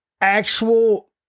actual